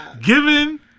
Given